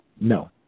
No